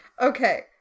Okay